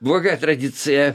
bloga tradicija